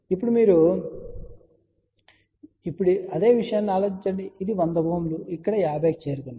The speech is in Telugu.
ఇప్పుడు మీరు ఇప్పుడు అదే విషయాన్ని ఆలోచించండి ఇది 100Ω ఇక్కడ 50 కి చేరుకుంది